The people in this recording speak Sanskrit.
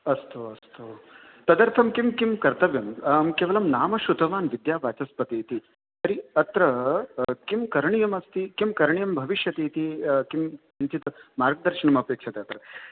अस्तु अस्तु तदर्थं किं किं कर्त्तव्यम् अहं केवलं नाम श्रुतवान् विद्यावाचस्पति इति तर्हि अत्र किं करणीयम् अस्ति किं करणीयं भविष्यति इति किञ्चित् मार्गदर्शनम् अपेक्षते अत्र